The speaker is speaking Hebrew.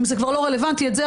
אם זה כבר לא רלוונטי את זה,